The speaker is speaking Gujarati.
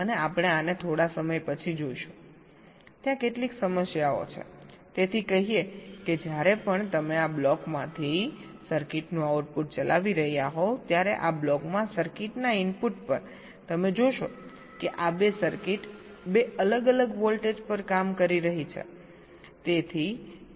અને આપણે આને થોડા સમય પછી જોઈશું ત્યાં કેટલીક સમસ્યાઓ છે તેથી કહીયે કે જ્યારે પણ તમે આ બ્લોકમાંથી સર્કિટનું આઉટપુટ ચલાવી રહ્યા હોવ ત્યારે આ બ્લોકમાં સર્કિટના ઇનપુટ પર તમે જોશો કે આ બે સર્કિટ બે અલગ અલગ વોલ્ટેજ પર કામ કરી રહી છે